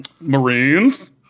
Marines